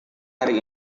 hari